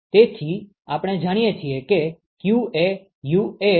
તેથી આપણે જાણીએ છીએ કે q એ UA ∆Tlmtd છે